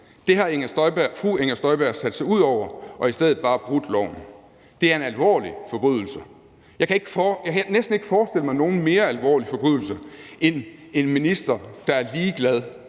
Det har fru Inger Støjberg sat sig ud over og i stedet bare brudt loven. Det er en alvorlig forbrydelse. Jeg kan næsten ikke forestille mig nogen mere alvorlig forbrydelse end en minister, der er ligeglad